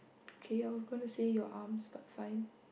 okay I was going to say your arms but fine